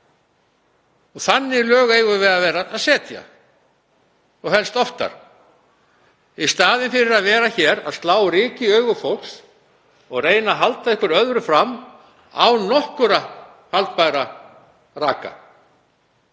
Þannig lög eigum við að setja og helst oftar, í staðinn fyrir að vera hér að slá ryki í augu fólks og reyna að halda einhverju öðru fram án nokkurra haldbærra raka.